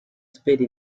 spade